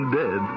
dead